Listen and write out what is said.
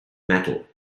metal